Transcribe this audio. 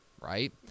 Right